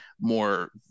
more